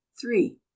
three